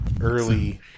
early